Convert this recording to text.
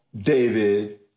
David